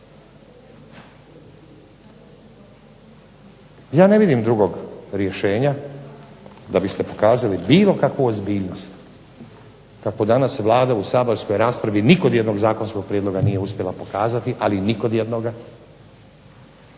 Ja ne vidim drugog rješenja, da biste pokazali bilo kakvu ozbiljnost kako danas Vlada u saborskoj raspravi ni kod jednog zakonskog prijedloga nije uspjela pokazati, ali ni kod jednoga,